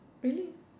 really